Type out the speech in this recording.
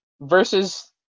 versus